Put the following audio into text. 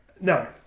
No